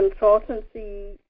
consultancy